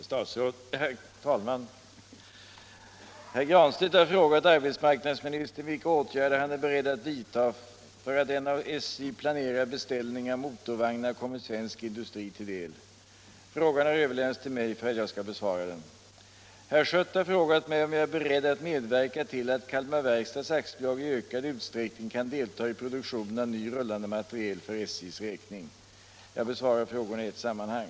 Herr talman! Herr Granstedt har frågat arbetsmarknadsministern vilka åtgärder han är beredd att vidta för att en av SJ planerad beställning av motorvagnar kommer svensk industri till del. Frågan har överlämnats till mig för att jag skall besvara den. Herr Schött har frågat mig om jag är beredd att medverka till att Kalmar Verkstads AB i ökad utsträckning kan delta i produktionen av ny rullande materiel för SJ:s räkning. Jag besvarar frågorna i ett sammanhang.